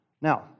Now